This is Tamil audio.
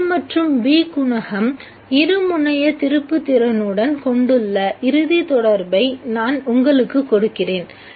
A மற்றும் B குணகம் இருமுனைய திருப்புத்திறனுடன் கொண்டுள்ள இறுதி தொடர்பை நான் உங்களுக்குக் கொடுக்கிறேன்